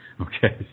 Okay